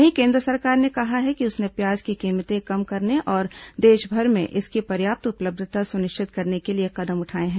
वहीं केन्द्र सरकार ने कहा कि उसने प्याज की कीमतें कम करने और देशभर में इसकी पर्याप्त उपलब्यता सुनिश्चित करने के लिए कदम उठाए हैं